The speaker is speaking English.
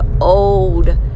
old